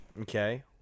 Okay